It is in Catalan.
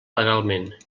legalment